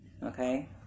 Okay